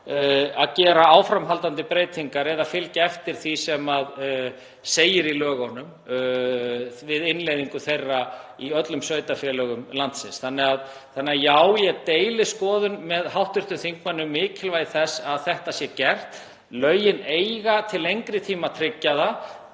að gera áframhaldandi breytingar eða fylgja eftir því sem segir í lögunum við innleiðingu þeirra í öllum sveitarfélögum landsins. Þannig að já, ég deili skoðun með hv. þingmanni um mikilvægi þess að þetta sé gert. Lögin eiga til lengri tíma að tryggja það,